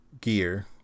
gear